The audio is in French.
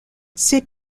ces